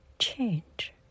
Change